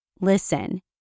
Listen